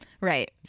Right